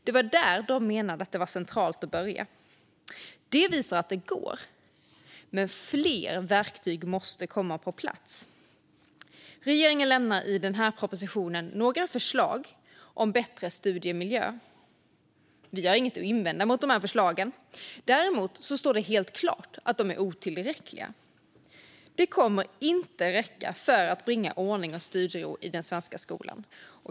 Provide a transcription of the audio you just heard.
De menade att det var centralt att börja där. Detta visar att det går, men fler verktyg måste komma på plats. Regeringen lämnar i denna proposition några förslag för bättre studiemiljö. Vi har inget att invända mot de förslagen. Däremot står det helt klart att de är otillräckliga. De kommer inte att räcka för att bringa ordning och studiero i den svenska skolan.